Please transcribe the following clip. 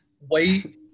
wait